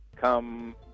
come